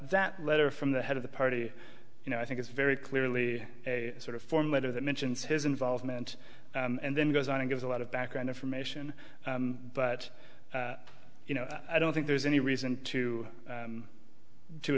that letter from the head of the party you know i think it's very clearly a sort of form letter that mentions his involvement and then goes on and gives a lot of background information but you know i don't think there's any reason to